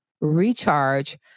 recharge